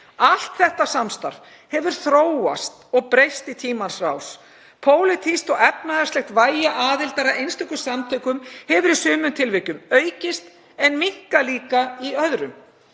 Allt þetta samstarf hefur þróast og breyst í tímans rás. Pólitískt og efnahagslegt vægi aðildar að einstökum samtökum hefur í sumum tilvikum aukist en minnkað í öðrum.